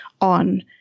on